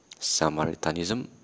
Samaritanism